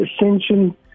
ascension